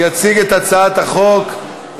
יציג את הצעת החוק,